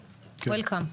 וולקאם.